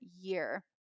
year